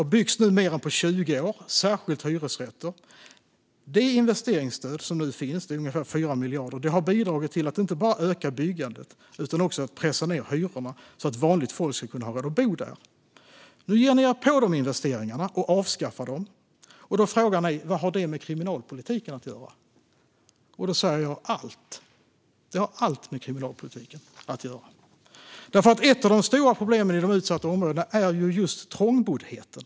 Det byggs nu mer än på 20 år, särskilt hyresrätter. Det investeringsstöd som nu finns, ungefär 4 miljarder, har bidragit till att inte bara öka byggandet utan också pressa ned hyrorna så att vanligt folk ska ha råd att bo. Nu ger ni er på de investeringarna och avskaffar dem, och så frågar ni: Vad har det med kriminalpolitiken att göra? Då säger jag: Det har allt med kriminalpolitiken att göra. Ett av de stora problemen i de utsatta områdena är nämligen trångboddheten.